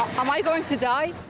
am i going to die?